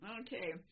Okay